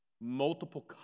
multiple